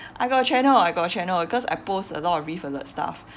I got a channel I got a channel cause I post a lot of reef alert stuff